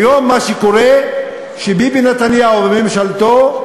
היום, מה שקורה, שביבי נתניהו וממשלתו,